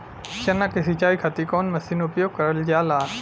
चना के सिंचाई खाती कवन मसीन उपयोग करल जाला?